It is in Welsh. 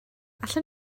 allwn